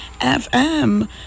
FM